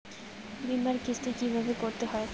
বিমার কিস্তি কিভাবে করতে হয়?